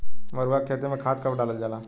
मरुआ के खेती में खाद कब डालल जाला?